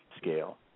scale